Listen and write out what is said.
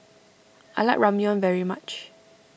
I like Ramyeon very much